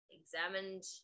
examined